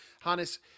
Hannes